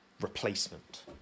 replacement